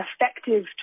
effective